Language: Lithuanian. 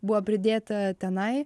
buvo pridėta tenai